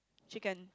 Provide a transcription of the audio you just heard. chicken